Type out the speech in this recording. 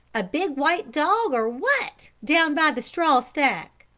a big white dog or what, down by the straw-stack?